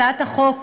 הצעת החוק